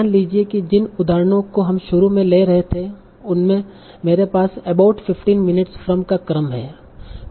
मान लीजिए कि जिन उदाहरणों को हम शुरू में ले रहे थे उनमें मेरे पास 'अबाउट 15 मिनट्स फ्रॉम' का क्रम है